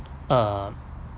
uh